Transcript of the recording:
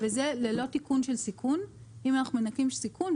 וזה ללא תיקון של סיכון - אם אנחנו מנכים סיכון,